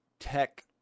tech